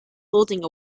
holding